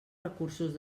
recursos